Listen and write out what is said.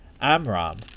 Amram